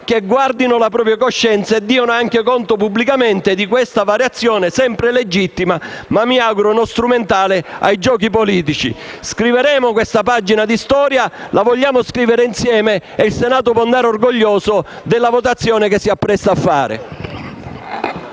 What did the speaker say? guardino alla propria coscienza e diano conto pubblicamente di questa variazione, sempre legittima, ma - mi auguro - non strumentale ai giochi politici. Scriveremo questa pagina di storia; la vogliamo scrivere insieme e il Senato può andare orgoglioso della votazione che si appresta a fare.